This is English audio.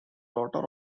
daughter